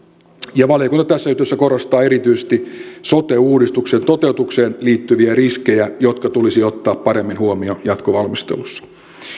valiokunta tässä yhteydessä korostaa erityisesti sote uudistuksen toteutukseen liittyviä riskejä jotka tulisi ottaa paremmin huomioon jatkovalmistelussa